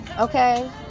Okay